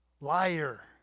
liar